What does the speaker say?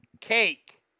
cake